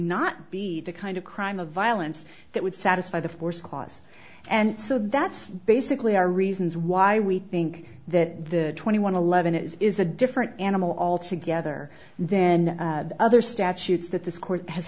not be the kind of crime of violence that would satisfy the force clause and so that's basically our reasons why we think that the twenty one eleven is a different animal altogether then the other statutes that this court has